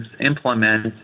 implement